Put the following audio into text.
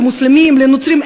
למוסלמים לנוצרים.